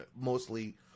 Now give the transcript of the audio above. mostly